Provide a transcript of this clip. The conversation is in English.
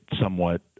somewhat